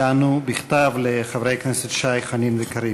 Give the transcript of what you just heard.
יענו בכתב לחברי הכנסת שי, חנין וקריב.